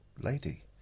lady